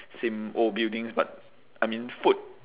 same old buildings but I mean food